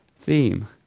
theme